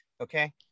okay